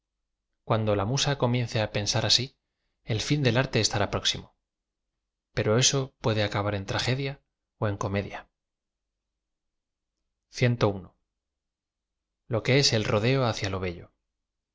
cuando la musa comience á pensar asi el ñn del arte estará próxim o pero eso puede acabar en traje dia ó en comedia lo que es el rodeo fiada lo bello